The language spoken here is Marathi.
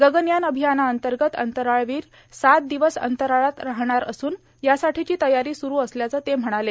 गगनयान र्आभयानाअंतगत अंतराळवीर सात र्दवस अंतराळात राहणार असून यासाठीची तयारीं सुरु असल्याचं ते म्हणाले